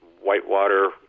whitewater